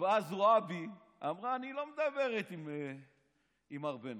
באה זועבי ואמרה: אני לא מדברת עם מר בנט,